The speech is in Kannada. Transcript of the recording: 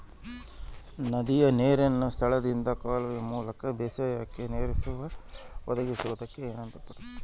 ನದಿಯ ನೇರಿನ ಸ್ಥಳದಿಂದ ಕಾಲುವೆಯ ಮೂಲಕ ಬೇಸಾಯಕ್ಕೆ ನೇರನ್ನು ಒದಗಿಸುವುದಕ್ಕೆ ಏನೆಂದು ಕರೆಯುತ್ತಾರೆ?